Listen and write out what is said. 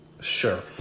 Sure